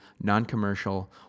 non-commercial